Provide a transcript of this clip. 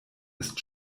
ist